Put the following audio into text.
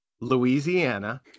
Louisiana